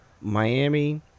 Miami